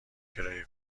کرایه